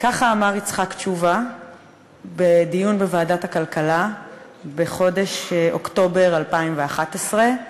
ככה אמר יצחק תשובה בדיון בוועדת הכלכלה בחודש אוקטובר 2011,